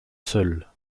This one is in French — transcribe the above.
seule